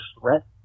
threat